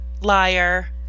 Liar